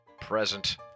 Present